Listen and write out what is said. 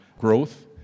growth